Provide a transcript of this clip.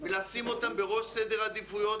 ולשים אותם בראש סדר העדיפויות,